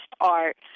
art